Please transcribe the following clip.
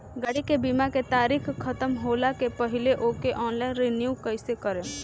गाड़ी के बीमा के तारीक ख़तम होला के पहिले ओके ऑनलाइन रिन्यू कईसे करेम?